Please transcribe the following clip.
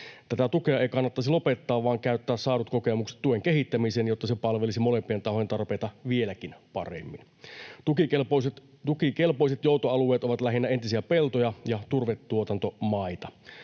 Tätä tukea ei kannattaisi lopettaa vaan käyttää saadut kokemukset tuen kehittämiseen, jotta se palvelisi molempien tahojen tarpeita vieläkin paremmin. Tukikelpoiset joutoalueet ovat lähinnä entisiä peltoja ja turvetuotantomaita.